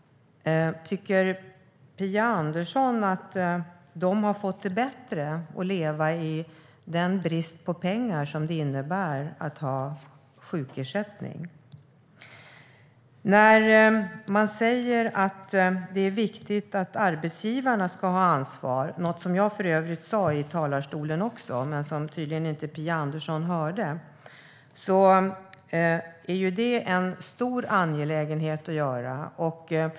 Tycker Phia Andersson att de har fått det bättre när de fått leva med den brist på pengar som det innebär att ha sjukersättning? Man säger att det är viktigt att arbetsgivarna ska ha ansvar - något som för övrigt också jag sa i talarstolen men som Phia Andersson tydligen inte hörde - och det är angeläget.